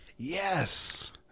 Yes